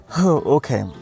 Okay